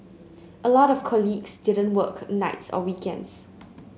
a lot of colleagues didn't work nights or weekends